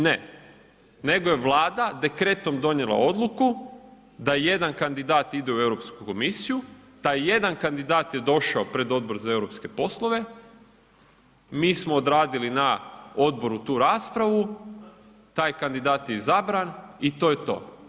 Ne, nego je Vlada dekretom donijela odluku da jedan kandidat ide u Europsku komisiju, taj jedan kandidat je došao pred Odbor za eu poslove, mi smo odradili na odboru tu raspravu, taj kandidat je izabran i to je to.